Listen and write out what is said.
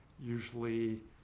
usually